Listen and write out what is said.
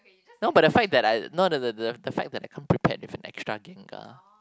now but the fact that I not the the the that fact I come prepared with an extra gengar